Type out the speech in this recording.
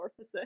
Morphosis